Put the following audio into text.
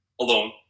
alone